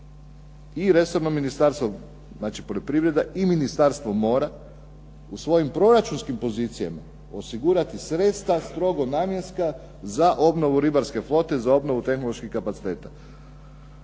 i Ministarstvo poljoprivrede i Ministarstvo mora u svojim proračunskim pozicijama osigurati sredstva strogo namjenska za obnovu ribarske flote, za obnovu tehnoloških kapaciteta.